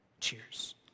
Cheers